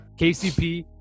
KCP